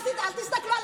אל תסתכלו,